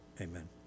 amen